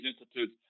institutes